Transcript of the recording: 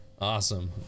awesome